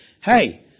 Hey